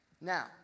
Now